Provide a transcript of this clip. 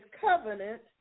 covenant